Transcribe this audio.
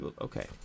Okay